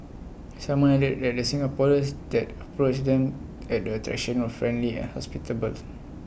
simon added that Singaporeans that approached them at the attraction of friendly and hospitable